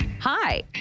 Hi